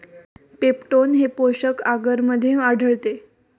peptone हे पोषक आगरमध्ये आढळते